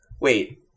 Wait